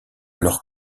leurs